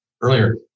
earlier